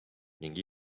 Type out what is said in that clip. ning